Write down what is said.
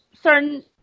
certain